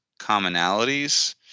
commonalities